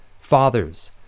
fathers